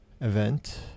event